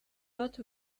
not